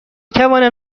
توانم